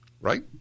Right